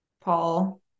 Paul